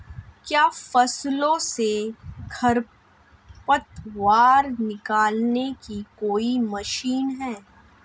क्या फसलों से खरपतवार निकालने की कोई मशीन है?